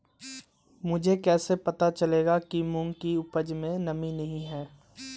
मुझे कैसे पता चलेगा कि मूंग की उपज में नमी नहीं है?